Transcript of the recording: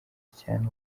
cyane